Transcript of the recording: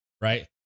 right